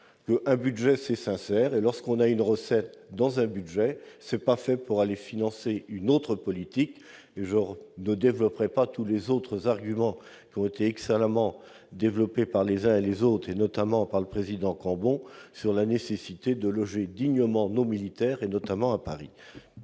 se doit d'être sincère et qu'une recette affectée à un budget n'a pas vocation à financer une autre politique. Je ne reprendrai pas tous les autres arguments- ils ont été excellemment développés par les uns et les autres, notamment par le président Cambon -sur la nécessité de loger dignement nos militaires, notamment à Paris.